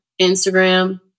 Instagram